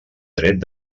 dret